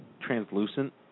translucent